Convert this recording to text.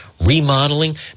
Remodeling